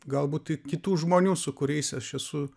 galbūt tai kitų žmonių su kuriais aš esu